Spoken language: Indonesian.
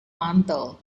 mantel